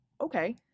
Okay